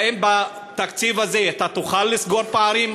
האם בתקציב הזה אתה תוכל לסגור פערים?